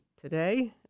today